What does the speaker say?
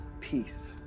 peace